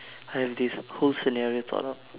I have this whole scenario thought out